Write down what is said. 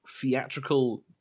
theatrical